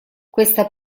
questa